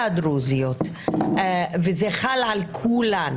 והדרוזיות, וזה חל על כולן.